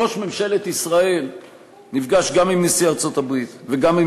ראש ממשלת ישראל נפגש גם עם נשיא ארצות-הברית וגם עם